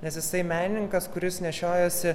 nes jisai menininkas kuris nešiojasi